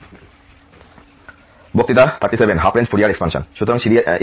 সুতরাং engineering mathematics 2 এর বক্তৃতায় আবার স্বাগতম